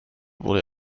wurde